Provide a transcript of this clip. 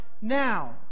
now